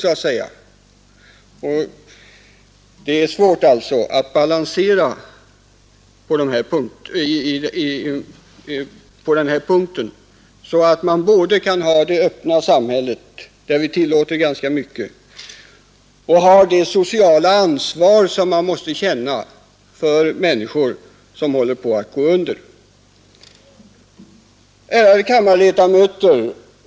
Det är alltså svårt att balansera här, så att man kan ha både det öppna samhället, där vi tillåter ganska mycket, och det sociala ansvar som man måste känna för människor som håller på att gå under. Ärade kammarledamöter!